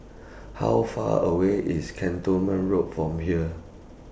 How Far away IS Cantonment Road from here